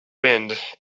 wind